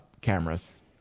cameras